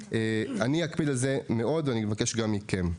אני אקפיד על זה מאוד, ואני מבקש גם מכם.